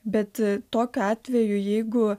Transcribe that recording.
bet tokiu atveju jeigu